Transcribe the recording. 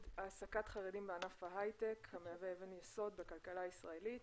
העסקת חרדים בענף ההייטק המהווה אבן יסוד בכלכלה הישראלית.